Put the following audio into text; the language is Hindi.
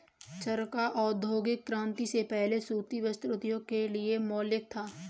चरखा औद्योगिक क्रांति से पहले सूती वस्त्र उद्योग के लिए मौलिक था